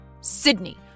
Sydney